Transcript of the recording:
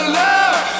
love